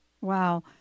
Wow